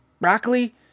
Broccoli